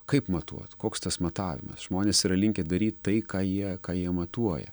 kaip matuot koks tas matavimas žmonės yra linkę daryt tai ką jie ką jie matuoja